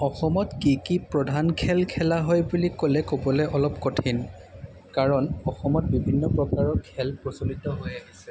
অসমত কি কি প্ৰধান খেল খেলা হয় বুলি ক'লে ক'বলৈ অলপ কঠিন কাৰণ অসমত বিভিন্ন প্ৰকাৰৰ খেল প্ৰচলিত হৈ আহিছে